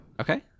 Okay